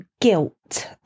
guilt